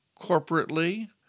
corporately